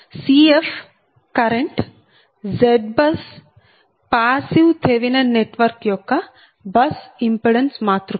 Cf current ZBUS passive Thevenin network యొక్క bus impedance మాతృక